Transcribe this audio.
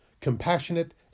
compassionate